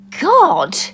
God